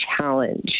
challenge